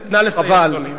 נא לסיים, אדוני.